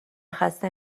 خسته